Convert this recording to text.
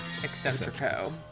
eccentrico